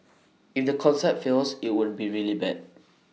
if the concept fails IT will be really bad